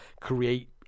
create